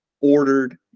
ordered